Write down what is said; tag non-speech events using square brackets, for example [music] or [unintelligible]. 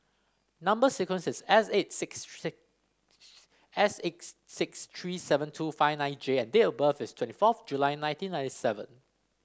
number sequence is S eight six [unintelligible] S eight six three seven two five nine J and date of birth is twenty fourth July nineteen ninety seven